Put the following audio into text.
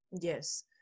yes